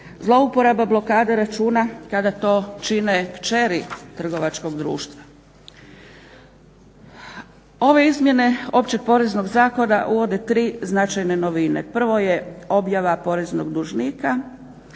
zlouporaba blokada računa kada to čine kćeri trgovačkog društva. Ove izmjene Općeg poreznog zakona uvode tri značajne novine. Prvo je objava poreznog dužnika,